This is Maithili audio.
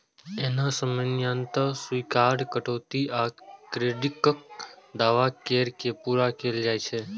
एना सामान्यतः स्वीकार्य कटौती आ क्रेडिटक दावा कैर के पूरा कैल जाइ छै